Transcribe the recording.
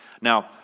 Now